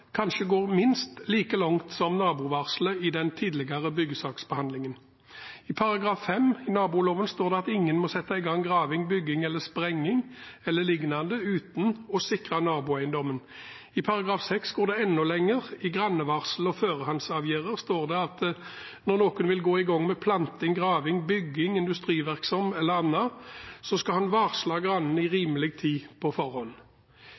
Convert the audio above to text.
kanskje går minst like langt som nabovarselet i den tidligere byggesaksbehandlingen. I § 5 i naboloven står det at ingen må sette i gang graving, bygging, sprenging e.l. uten å sikre naboeiendommen. I § 6 går det enda lenger. Under «Grannevarsel og førehandsavgjerder» står det at når noen vil gå i gang med planting, graving, bygging, industrivirksomhet eller annet, skal han varsle grannen i rimelig tid på forhånd.